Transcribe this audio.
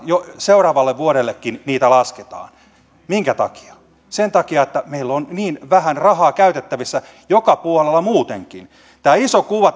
jo seuraavalle vuodellekin lasketaan minkä takia sen takia että meillä on niin vähän rahaa käytettävissä joka puolella muutenkin tästä tuntuu unohtuvan tämä iso kuva